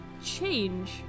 Change